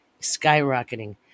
skyrocketing